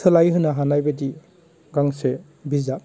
सोलाय होनो हानायबायदि गांसे बिजाब